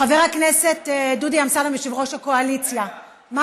חבר הכנסת דודי אמסלם, יושב-ראש הקואליציה, רגע.